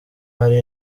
hari